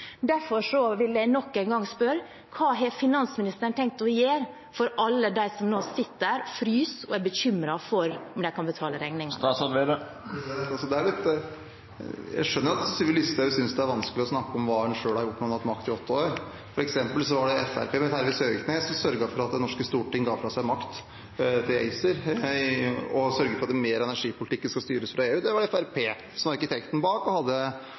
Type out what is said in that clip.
Derfor vil jeg nok en gang spørre: Hva har finansministeren tenkt å gjøre for alle dem som nå sitter der og fryser og er bekymret for om de kan betale regningene? Jeg skjønner at Sylvi Listhaug synes det er vanskelig å snakke om hva hun selv har gjort når hun har hatt makt i åtte år, f.eks. var det Fremskrittspartiet ved Terje Søviknes som sørget for at det norske storting ga fra seg makt til ACER, og sørget for at mer av energipolitikken skal styres fra EU. Det var det Fremskrittspartiet som var arkitekten bak, og de hadde